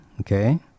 okay